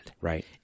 right